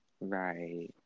Right